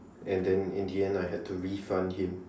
and then in the end I had to refund him